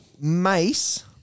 Mace